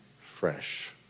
fresh